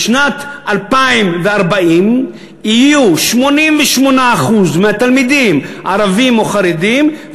בשנת 2040 יהיו 88% מהתלמידים ערבים או חרדים,